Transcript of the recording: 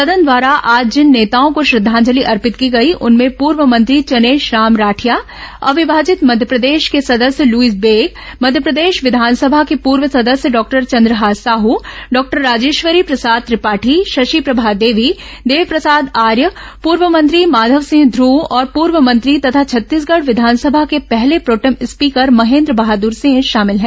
सदन द्वारा आज जिन नेताओं को श्रद्धांजलि अर्पित की गई उनमें पूर्व मंत्री चनेश राम राठिया अविभाजित मध्यप्रदेश के सदस्य लुईस बेक मध्यप्रदेश विधानसभा के पूर्व सदस्य डॉक्टर चंद्रहास साह डॉक्टर राजेश्वरी प्रसाद त्रिपाठी शशिप्रभा देवी देवप्रसाद आर्य पूर्व मंत्री माधव ंसिंह ध्रव और पूर्व मंत्री तथा छत्तीसगढ़ विधानसभा के पहले प्रोटेम स्पीकर महेन्द्र बहादुर सिंह शामिल हैं